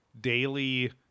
daily